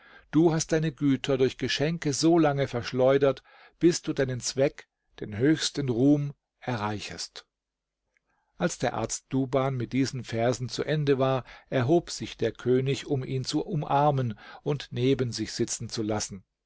du hast deine güter durch geschenke so lange verschleudert bis du deinen zweck den höchsten ruhm erreichest als der arzt duban mit diesen versen zu ende war erhob sich der könig um ihn zu umarmen und neben sich sitzen zu lassen